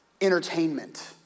entertainment